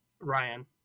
Ryan